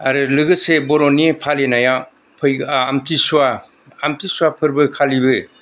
आरो लोगोसे बर'नि फालिनाया फै आमथिसुवा आमथिसुवा फोरबोखालिबो